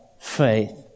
faith